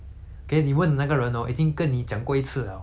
你是自己没有听好还是自己没有去记好